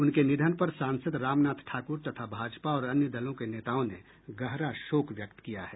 उनके निधन पर सांसद रामनाथ ठाकुर तथा भाजपा और अन्य दलों के नेताओं ने गहरा शोक व्यक्त किया है